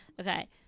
Okay